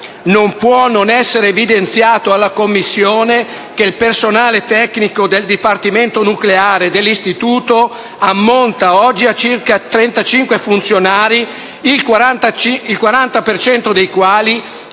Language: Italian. «Non può non essere evidenziato alla Commissione che il personale tecnico del dipartimento nucleare dell'Istituto ammonta oggi a circa 35 funzionari, il 40 per cento